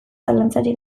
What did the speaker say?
zalantzarik